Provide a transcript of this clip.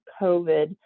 COVID